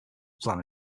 plan